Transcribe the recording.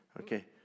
Okay